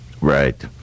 Right